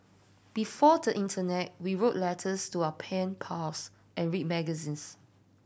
before the internet we wrote letters to our pen pals and read magazines